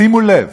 שימו לב,